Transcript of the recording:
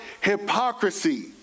hypocrisy